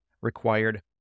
required